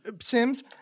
sims